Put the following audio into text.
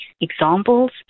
examples